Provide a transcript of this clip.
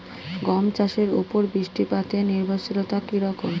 গম চাষের উপর বৃষ্টিপাতে নির্ভরশীলতা কী রকম?